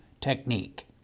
technique